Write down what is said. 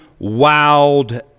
wowed